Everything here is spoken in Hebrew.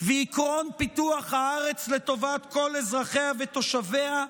ועקרון פיתוח הארץ לטובת כל אזרחיה ותושביה,